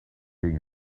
king